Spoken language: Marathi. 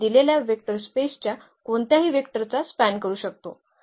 आम्ही या सेट किंवा या जागेच्या कोणत्याही घटकाचे प्रतिनिधित्व करू शकतो